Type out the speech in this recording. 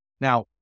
Now